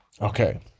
Okay